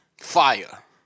Fire